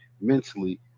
mentally